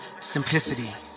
simplicity